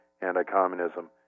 anti-communism